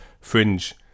Fringe